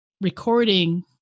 recording